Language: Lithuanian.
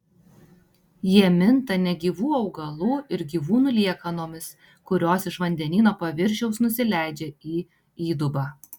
jie minta negyvų augalų ir gyvūnų liekanomis kurios iš vandenyno paviršiaus nusileidžia į įdubą